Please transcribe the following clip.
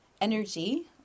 energy